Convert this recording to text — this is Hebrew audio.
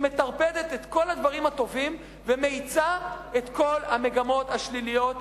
שמטרפדת את כל הדברים הטובים ומאיצה את כל המגמות השליליות.